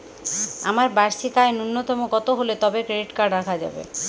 আমার বার্ষিক আয় ন্যুনতম কত হলে তবেই ক্রেডিট কার্ড রাখা যাবে?